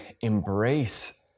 embrace